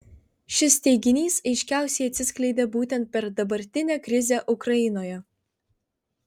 šis teiginys aiškiausiai atsiskleidė būtent per dabartinę krizę ukrainoje